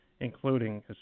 including